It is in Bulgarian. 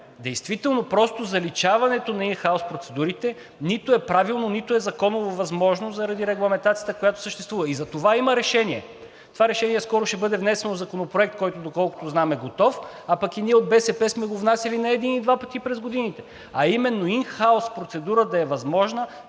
действително просто заличаването на ин хаус процедурите нито е правилно, нито е законово възможно заради регламентацията, която съществува, затова има решение. Това решение скоро ще бъде внесено като Законопроект, доколкото знам е готов, а ние от БСП сме го внасяли не един и два пъти през годините, а именно ин хаус процедура да е възможна